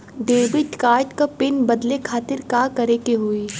Debit card क PIN बदले खातिर का करेके होई?